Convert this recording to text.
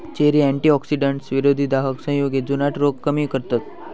cherry antioxidants, विरोधी दाहक संयुगे, जुनाट रोग कमी करतत